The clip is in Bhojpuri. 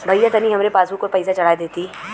भईया तनि हमरे पासबुक पर पैसा चढ़ा देती